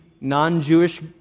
non-Jewish